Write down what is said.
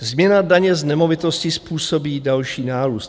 Změna daně z nemovitostí způsobí další nárůst.